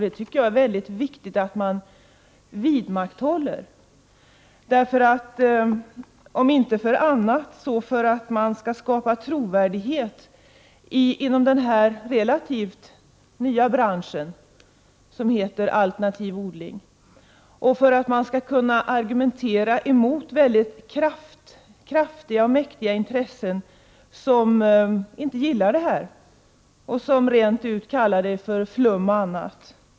Jag tycker att det är viktigt att man vidmakthåller detta krav, om inte för annat så för att man skall skapa trovärdighet inom den relativt nya bransch som heter alternativ odling och för att man skall kunna argumentera emot mycket kraftiga och mäktiga intressen, som inte gillar denna verksamhet utan kallar den för flum och annat.